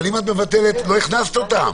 אבל אם את מבטלת, לא הכנסת אותם.